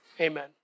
amen